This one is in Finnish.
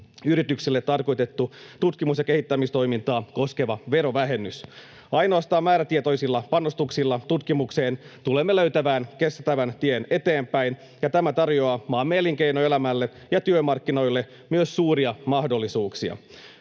yrityksille tarkoitettu, tutkimus- ja kehittämistoimintaa koskeva verovähennys. Ainoastaan määrätietoisilla panostuksilla tutkimukseen tulemme löytämään kestävän tien eteenpäin, ja tämä tarjoaa myös maamme elinkeinoelämälle ja työmarkkinoille suuria mahdollisuuksia.